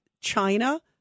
China